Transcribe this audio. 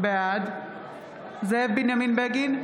בעד זאב בנימין בגין,